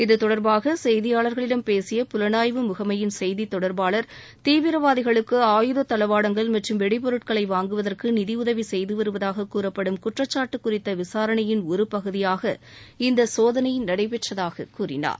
இத்தொடர்பாக செய்தியாளர்களிடம் பேசிய புலனாய்வு முகமையின் செய்தி தொடர்பாளர் தீவிரவாதிகளுக்கு ஆயுத தளவாடங்கள் மற்றும் வெடி பொருட்களை வாங்குவதற்கு நிதி உதவி செய்து வருவதாக கூறப்படும் குற்றச்சாட்டு குறித்த விசாரணையின் ஒரு பகுதியாக இந்த சோதனை நடைபெற்றதாக கூறினார்